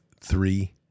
three